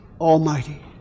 Almighty